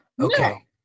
okay